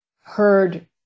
heard